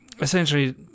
essentially